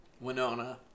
Winona